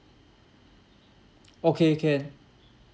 okay can